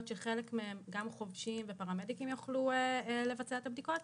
שחלק מהן גם חובשים ופרמדיקים יוכלו לבצע את הבדיקות,